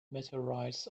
meteorites